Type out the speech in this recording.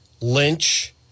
Lynch